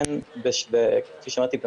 כפי שאמרתי,